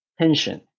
tension